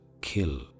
kill